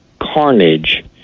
carnage